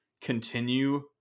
continue